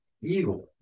evil